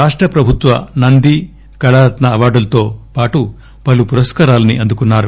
రాష్ట ప్రభుత్వ నంది కళారత్న అవార్డులతో పాటు పలు పురస్కారాలు అందుకున్నారు